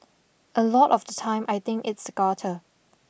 a lot of the time I think it's gutter